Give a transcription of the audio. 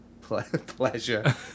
pleasure